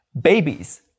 Babies